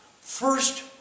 First